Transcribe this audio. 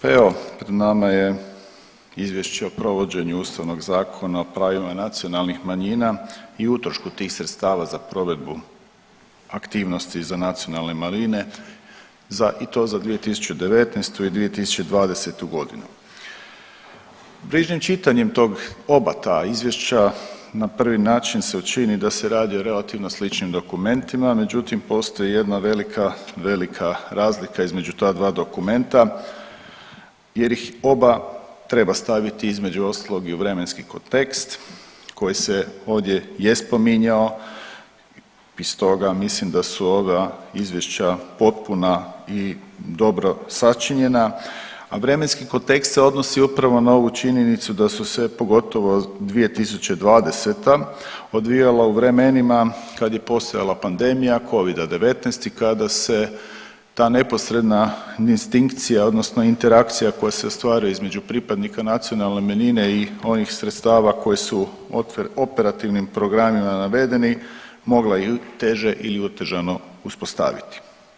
Evo, pred nama je Izvješće o provođenju Ustavnog zakona o pravima nacionalnih manjina i utrošku tih sredstava za provedbu aktivnosti za nacionalne manjine i to za 2019. i 2020. g. ... čitanjem tog, oba ta izvješća na prvi način se učini da se radi o relativno sličnim dokumentima, međutim, postoji jedna velika, velika razlika između ta dva dokumenta jer ih oba treba staviti, između ostalog i u vremenski kontekst koji se ovdje je spominjao i stoga mislim da su ova izvješća potpuna i dobro sačinjena, a vremenski kontekst se odnosi upravo na ovu činjenicu da su se, pogotovo 2020., odvijana u vremenima kad je postojala pandemija Covida-19 i kada se ta neposredna distinkcija odnosno interakcija koja se ostvaruje između pripadnika nacionalne manjine i onih sredstava koje su operativnim programima navedeni, mogla i teže ili otežano uspostaviti.